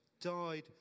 died